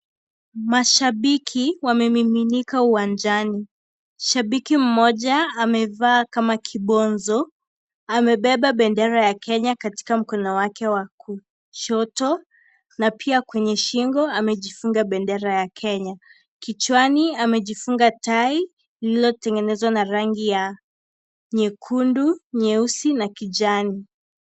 Mashabiki wamemiminika uwanjani, shabiki mmoja amevaa kama kibonzo, amebeba bendera ya Kenya katika mkono wake wa kushoto na pia kwenye shingo amejifunga bendera ya Kenya. Kichwani amejifunga tai lililotengenezwa na rangi ya nyekundu, nyeusi na kijani.